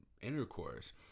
intercourse